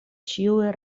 ĉiuj